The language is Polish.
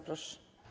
Proszę.